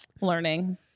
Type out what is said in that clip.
learning